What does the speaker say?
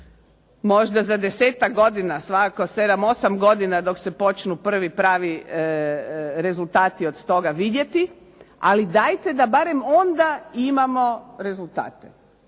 možda za desetak godina. Svakako sedam, osam godina dok se počnu prvi pravi rezultati od toga vidjeti. Ali dajte da barem onda imamo rezultate,